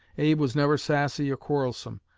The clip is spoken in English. abe was never sassy or quarrelsome.